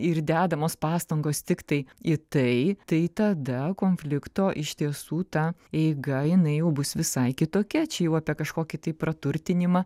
ir dedamos pastangos tiktai į tai tai tada konflikto iš tiesų ta eiga jinai jau bus visai kitokia čia jau apie kažkokį tai praturtinimą